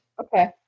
Okay